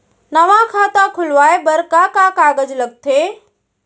नवा खाता खुलवाए बर का का कागज लगथे?